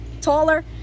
taller